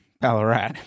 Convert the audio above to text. Ballarat